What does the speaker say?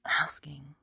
asking